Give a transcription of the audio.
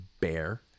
Bear